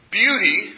beauty